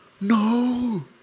No